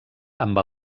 amb